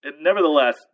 Nevertheless